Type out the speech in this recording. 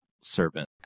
Servant